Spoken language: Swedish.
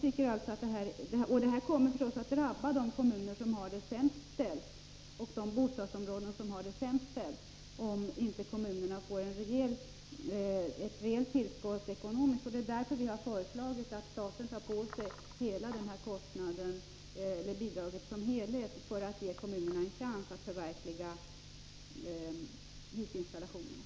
Detta kommer förstås att drabba de kommuner och de bostadsområden som har det sämst ställt, om inte kommunerna får ett rejält ekonomiskt tillskott. Därför har vi föreslagit att staten skall stå för hela detta bidrag för att ge kommunerna en chans att genomföra hissinstallationer.